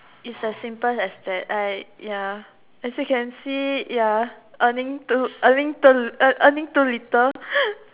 is as simple as that I ya as you can see ya earning too earning too earning too little